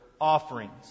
offerings